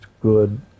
good